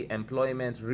employment